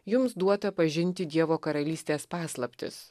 jums duota pažinti dievo karalystės paslaptis